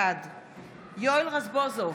בעד יואל רזבוזוב,